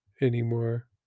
anymore